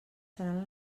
seran